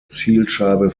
zielscheibe